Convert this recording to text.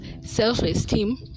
self-esteem